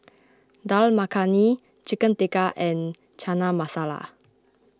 Dal Makhani Chicken Tikka and Chana Masala